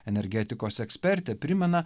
energetikos ekspertė primena